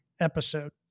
episode